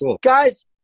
Guys